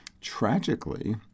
tragically